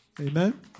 Amen